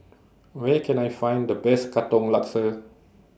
Where Can I Find The Best Katong Laksa